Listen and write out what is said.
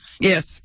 Yes